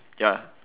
ya